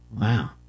Wow